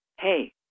hey